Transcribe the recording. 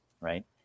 right